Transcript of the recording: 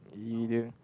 either